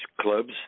clubs